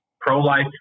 pro-life